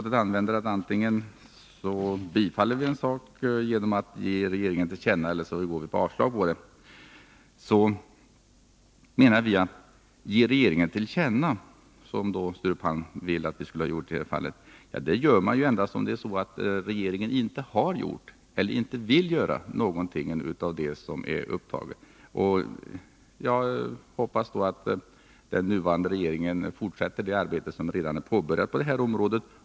Den metodiken innebär att antingen tillstyrka ett förslag genom att ge regeringen till känna vad utskottet anfört eller att avstyrka förslaget. Att ”ge regeringen till känna”, som Sture Palm ville att vi skulle göra i detta fall, gör man endast om regeringen inte har gjort eller ännu inte vill göra någonting i den fråga som har tagits upp. Jag hoppas att den nuvarande regeringen fortsätter det arbete som redan är påbörjat på detta område.